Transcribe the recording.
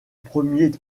premier